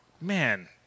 man